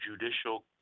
judicial